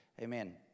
Amen